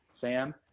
Sam